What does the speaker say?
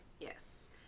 Yes